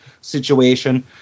situation